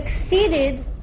succeeded